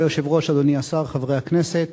אדוני היושב-ראש, אדוני השר, חברי הכנסת,